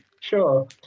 Sure